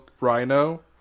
Rhino